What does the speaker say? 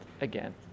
again